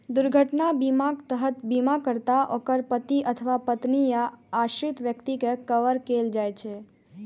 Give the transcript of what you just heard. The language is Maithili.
दुर्घटना बीमाक तहत बीमाकर्ता, ओकर पति अथवा पत्नी आ आश्रित व्यक्ति कें कवर कैल जाइ छै